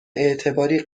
اعتباری